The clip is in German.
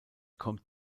kommt